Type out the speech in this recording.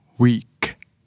Weak